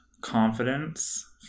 Confidence